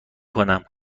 کنم